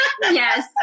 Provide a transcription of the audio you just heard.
Yes